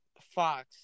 Fox